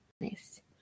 Nice